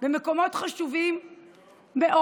במקומות חשובים מאוד,